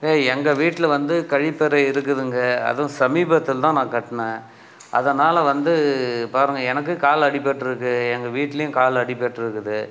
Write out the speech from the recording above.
இப்போ எங்கள் வீட்டில் வந்து கழிப்பறை இருக்குதுங்க அதுவும் சமீபத்தில் தான் நான் கட்டினேன் அதனால் வந்து பாருங்க எனக்கு காலில் அடிபட்டிருக்கு எங்கள் வீட்லேயும் காலில் அடிபட்டிருக்குது